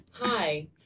hi